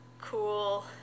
cool